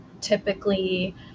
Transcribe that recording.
typically